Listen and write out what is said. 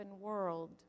world